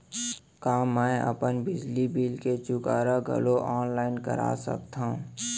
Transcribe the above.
का मैं अपन बिजली बिल के चुकारा घलो ऑनलाइन करा सकथव?